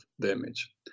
damage